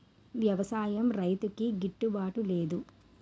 వ్యవసాయం రైతుకి గిట్టు బాటునేదు